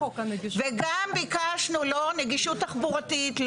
וגם ביקשנו לא נגישות תחבורתית,